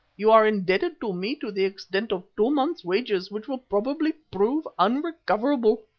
you are indebted to me to the extent of two months' wages which will probably prove unrecoverable.